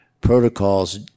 protocols